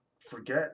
forget